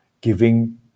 giving